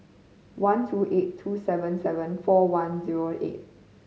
one two eight two seven seven four one zero eight